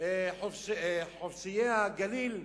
"חופשיי הגליל"?